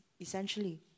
essentially